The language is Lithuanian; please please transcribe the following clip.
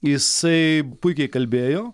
jisai puikiai kalbėjo